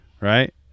Right